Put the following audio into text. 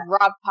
Rob